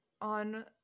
On